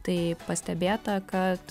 tai pastebėta kad